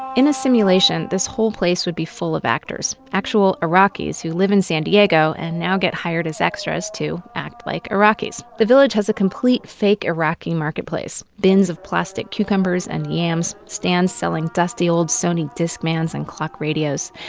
in a simulation, this whole place would be full of actors. actual iraqis who live in san diego and now get hired as extras to act like iraqis. the village has a complete fake iraqi marketplace, bins of plastic cucumbers and yams, stands selling dusty old sony discmans and clock radios.